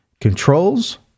controls